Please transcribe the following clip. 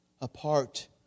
apart